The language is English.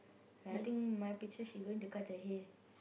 I think my picture she going to cut the hay